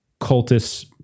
cultists